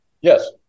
Yes